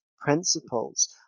principles